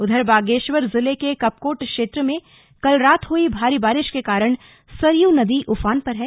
उधर बागेश्वर जिले के कपकोट क्षेत्र में कल रात हुई भारी बारिश के कारण सरयू नदी उफान पर है